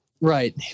Right